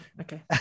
okay